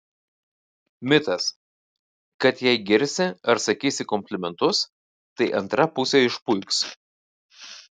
mitas kad jei girsi ar sakysi komplimentus tai antra pusė išpuiks